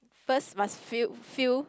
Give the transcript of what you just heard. first must feel feel